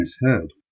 misheard